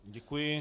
Děkuji.